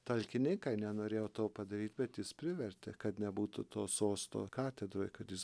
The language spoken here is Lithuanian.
talkininkai nenorėjo to padaryt bet jis privertė kad nebūtų to sosto katedroj kad jis